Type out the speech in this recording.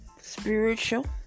spiritual